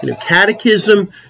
catechism